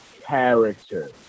character